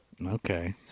Okay